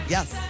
Yes